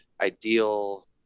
ideal